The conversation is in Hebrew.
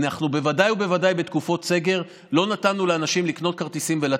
אנחנו בוודאי ובוודאי בתקופות סגר לא נתנו לאנשים לקנות כרטיסים ולצאת,